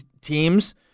teams